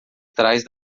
trás